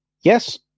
Yes